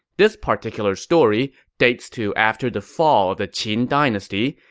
this particular story dates to after the fall of the qin dynasty,